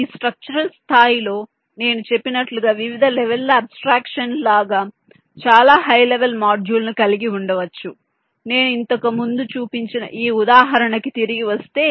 కాబట్టి ఈ స్ట్రక్చరల్ స్థాయిలో నేను చెప్పినట్లుగా వివిధ లెవెల్ ల అబ్స్ట్రాక్షన్ లాగా చాలా హై లెవెల్ మాడ్యూల్ ను కలిగి ఉండవచ్చు నేను ఇంతకు ముందు చూపించిన ఈ ఉదాహరణకి తిరిగి వస్తే